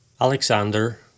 Alexander